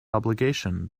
obligation